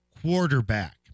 quarterback